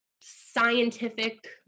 scientific